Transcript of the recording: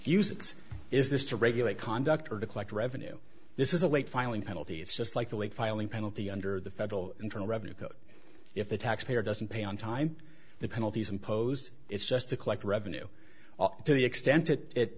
uses is this to regulate conduct or to collect revenue this is a late filing penalty it's just like the late filing penalty under the federal internal revenue code if the taxpayer doesn't pay on time the penalties imposed it's just to collect revenue to the extent that it